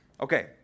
Okay